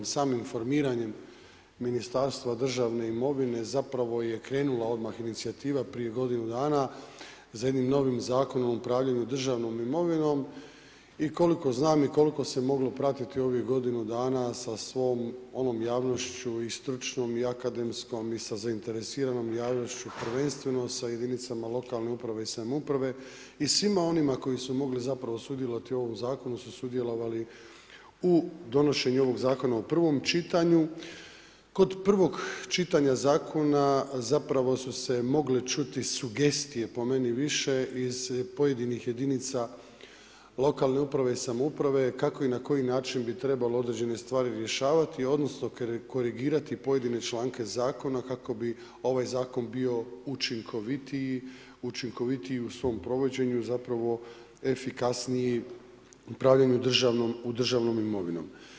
Samim informiranjem Ministarstva državne imovine zapravo je krenula odmah inicijativa prije godinu dana za jednim novim Zakonom o upravljanju državnom imovinom i koliko znam i koliko se pratiti u ovih godinu danas sa svom onom javnošću i stručnom i akademskom i sa zainteresiranom javnošću, prvenstveno sa jedinicama lokalne uprave i samouprave i svima onima koji su mogli zapravo sudjelovati u ovom Zakonu su sudjelovali u donošenju ovog Zakona u prvom čitanju. kod prvog čitanja zakona zapravo su se mogle čuti sugestije po meni više iz pojedinih jedinica lokalne uprave i samouprave kako i na koji način bi trebalo određene stvari rješavati, odnosno korigirati pojedine članke zakona kako bi ovaj zakon bio učinkovitiji u svom provođenju, zapravo efikasniji u upravljanju državnom imovinom.